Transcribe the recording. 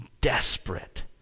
desperate